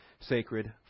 sacred